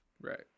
Right